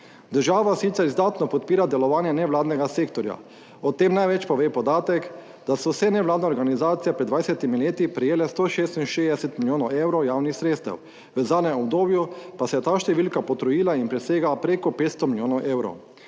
Država sicer izdatno podpira delovanje nevladnega sektorja, O tem največ pove podatek, da so vse nevladne organizacije pred 20-mi leti prejele 166 milijonov evrov javnih sredstev, v zadnjem obdobju pa se je ta številka potrojila in presega preko 500 milijonov evrov.